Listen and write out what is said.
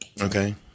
Okay